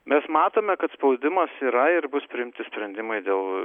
mes matome kad spaudimas yra ir bus priimti sprendimai dėl